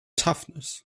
toughness